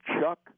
Chuck